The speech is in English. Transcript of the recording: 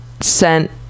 sent